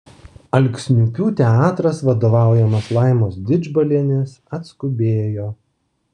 alksniupių teatras vadovaujamas laimos didžbalienės atskubėjo